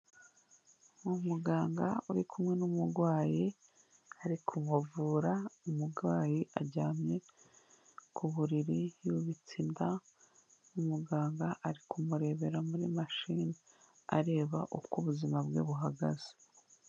Ni umuganga uri kumwe n'umurwayi ari kumuvura, umurwayi aryamye ku buriri yubitse inda, umuganga ari kumurebera muri machine areba uko ubuzima bwe buhagaze.